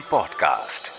Podcast